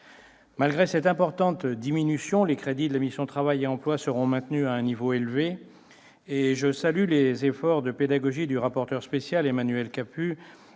Malgré cette importante diminution, les crédits de la mission « Travail et emploi » seront maintenus à un niveau élevé. Je salue les efforts de pédagogie du rapporteur spécial, Emmanuel Capus,